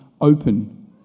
open